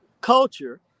culture